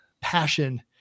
passion